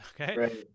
okay